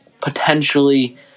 potentially